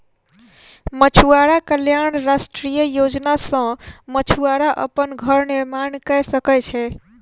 मछुआरा कल्याण राष्ट्रीय योजना सॅ मछुआरा अपन घर निर्माण कय सकै छै